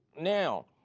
now